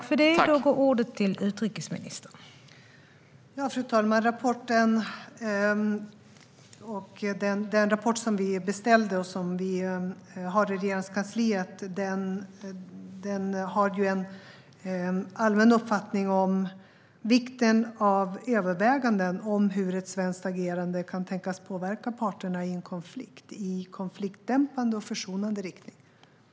Fru talman! I den rapport som vi beställde och som finns i Regeringskansliet framförs en allmän uppfattning om vikten av överväganden när det gäller hur ett svenskt agerande kan tänkas påverka parterna i en konflikt i konfliktdämpande och försonande riktning.